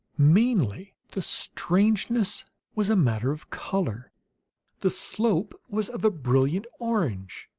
mainly the strangeness was a matter of color the slope was of a brilliant orange,